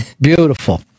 Beautiful